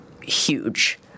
huge